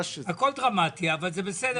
הכל דרמטי, אבל זה בסדר.